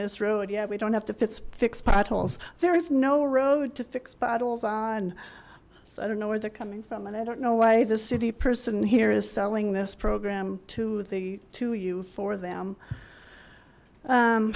road yeah we don't have the fits fix potholes there is no road to fix battles on so i don't know where they're coming from and i don't know why the city person here is selling this program to the to you for them